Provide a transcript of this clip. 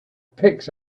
picks